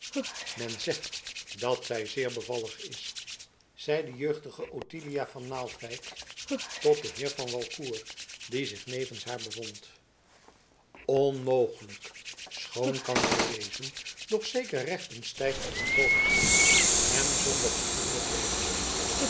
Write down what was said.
men zegt dat zij zeer bevallig is zeide de jeugdige ottilia van naaldwijk tot den heer van walcourt die zich nevens haar bevond onmogelijk schoon kan zij wezen doch zeker recht en stijf als een boonstaak en zonder gevoel noch leven